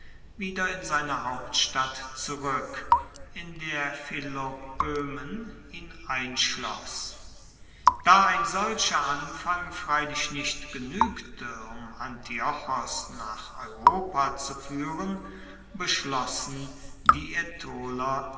wieder in seine hauptstadt zurueck in der philopoemen ihn einschloss da ein solcher anfang freilich nicht genuegte um antiochos nach europa zufuehren beschlossen die